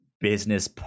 business